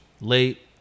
late